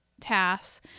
tasks